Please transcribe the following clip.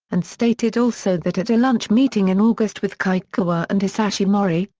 and stated also that at a lunch meeting in august with kikukawa and hisashi mori,